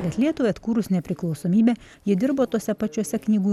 bet lietuvai atkūrus nepriklausomybę ji dirbo tuose pačiuose knygų